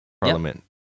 parliament